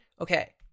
Okay